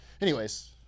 Anyways-